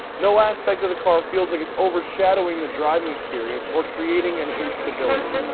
no aspect of the car feels like it's overshadowing the driving experience or creating an instability.